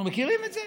אנחנו מכירים את זה?